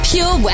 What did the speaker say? Pure